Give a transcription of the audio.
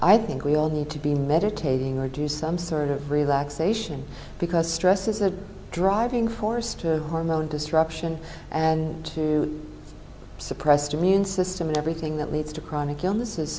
i think we all need to be meditating or do some sort of relaxation because stress is a driving force to hormone disruption and to suppressed immune system and everything that leads to chronic illnesses